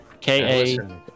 K-A